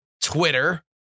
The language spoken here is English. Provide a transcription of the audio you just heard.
Twitter